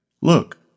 Look